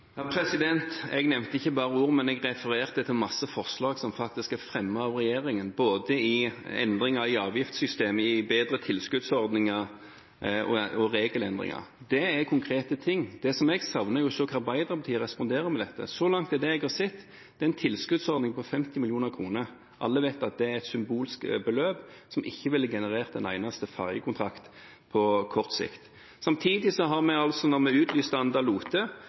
Jeg nevnte ikke bare ord, jeg refererte til mange forslag som faktisk er fremmet av regjeringen, både i endringer i avgiftssystemet, i bedre tilskuddsordninger og i regelendringer. Det er konkrete ting. Det som jeg savner, er å se hvordan Arbeiderpartiet responderer på dette. Så langt er det jeg har sett, en tilskuddsordning på 50 mill. kr. Alle vet at det er et symbolsk beløp som ikke ville ha generert en eneste ferjekontrakt på kort sikt. Samtidig har vi, da vi